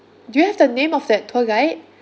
do you have the name of that tour guide